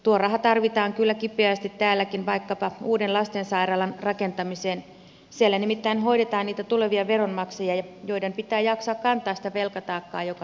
tuo raha tarvitaan kyllä kipeästi täälläkin vaikkapa uuden lastensairaalan rakentamiseen siellä nimittäin hoidetaan niitä tulevia veronmaksajia joiden pitää jaksaa kantaa sitä velkataakkaa joka nyt tehdään